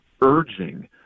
urging